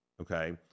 okay